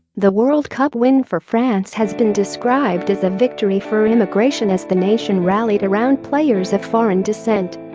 the world cup win for france has been described as a victory for immigration as the nation rallied around players of foreign descent